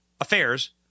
affairs